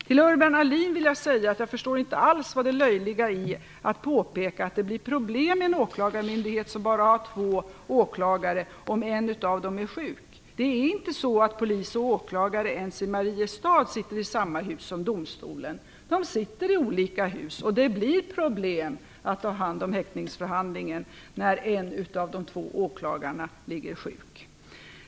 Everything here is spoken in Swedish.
Till Urban Ahlin vill jag säga att jag inte alls förstår det löjliga i att påpeka att det blir problem vid en åklagarmyndighet som bara har två åklagare om en av dem är sjuk. Polis och åklagare sitter inte ens i Mariestad i samma hus som domstolen. De sitter i olika hus, och det blir problem att ta hand om häktningsförhandlingen när en av de två åklagarna ligger sjuk.